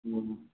ہوں